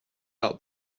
out